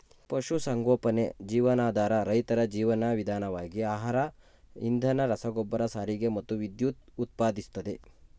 ಪಶುಸಂಗೋಪನೆ ಜೀವನಾಧಾರ ರೈತರ ಜೀವನ ವಿಧಾನವಾಗಿ ಆಹಾರ ಇಂಧನ ರಸಗೊಬ್ಬರ ಸಾರಿಗೆ ಮತ್ತು ವಿದ್ಯುತ್ ಉತ್ಪಾದಿಸ್ತದೆ